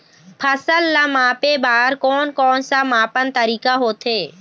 फसल ला मापे बार कोन कौन सा मापन तरीका होथे?